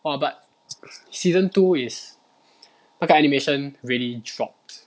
!wah! but season two is 那个 animation really dropped